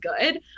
good